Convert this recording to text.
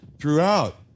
throughout